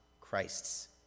Christ's